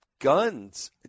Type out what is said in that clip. guns